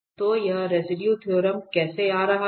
तो यह residue theorem कैसे आ रहा है